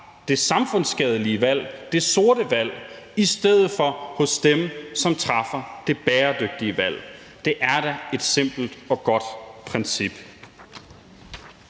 det samfundsskadelige valg, det sorte valg, i stedet for hos dem, som træffer det bæredygtige valg. Det er da et simpelt og godt princip.